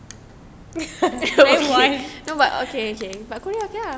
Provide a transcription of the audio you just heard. I won